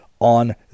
on